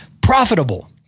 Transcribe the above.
profitable